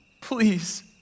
please